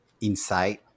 inside